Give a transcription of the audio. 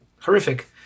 horrific